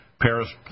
Paris